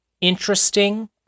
interesting